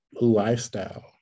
lifestyle